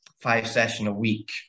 five-session-a-week